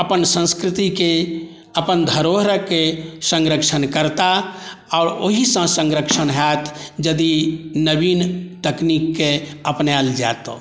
अपन संस्कृति के अपन धरोहर के संरक्षण करताह आओर ओहि संरक्षण होयत यदि नवीन तकनीक के अपनायल जाय तऽ